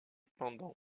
pendant